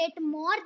more